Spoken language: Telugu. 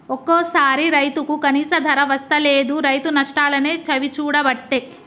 ఒక్కోసారి రైతుకు కనీస ధర వస్తలేదు, రైతు నష్టాలనే చవిచూడబట్టే